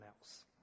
else